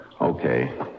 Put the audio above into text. Okay